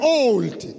old